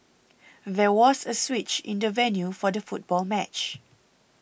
there was a switch in the venue for the football match